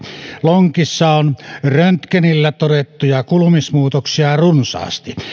lonkissa on röntgenillä todettuja kulumismuutoksia runsaasti